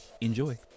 enjoy